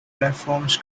platforms